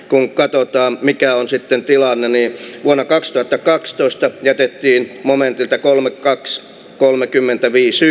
kun kartoittaa mikä on sitten tilanne niin voimakasta ja kakstoista jätettiin momentilta kolme kaksi kolmekymmentäviisi